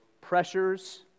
pressures